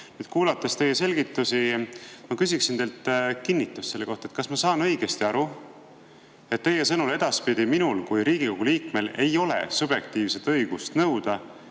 kuulanud teie selgitusi, ma küsiksin teilt kinnitust selle kohta, kas ma saan õigesti aru, et teie sõnul edaspidi minul kui Riigikogu liikmel ei ole subjektiivset õigust nõuda,